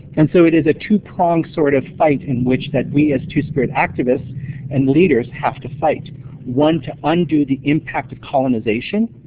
and so it is a two-prong sort of fight in which we as two-spirit activists and leaders have to fight one to undo the impact of colonization,